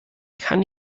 kann